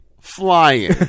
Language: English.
flying